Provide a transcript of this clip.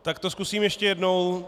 Tak to zkusím to ještě jednou.